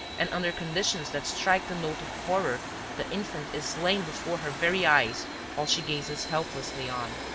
and under conditions that strike the note of horror the infant is slain before her very eyes while she gazes helplessly on.